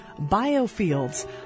biofields